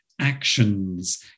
Actions